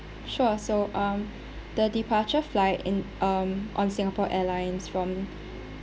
sure so um the departure flight in um on singapore airlines from